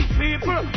people